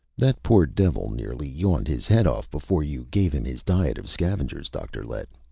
that poor devil nearly yawned his head off before you gave him his diet of scavengers, dr. lett.